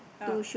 ah